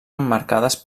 emmarcades